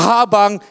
Habang